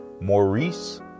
Maurice